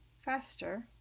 faster